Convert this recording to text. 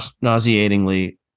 nauseatingly